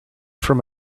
from